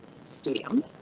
stadium